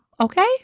Okay